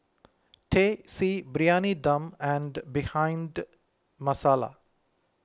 Teh C Briyani Dum and Bhindi Masala